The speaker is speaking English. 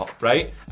Right